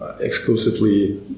exclusively